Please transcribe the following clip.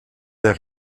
der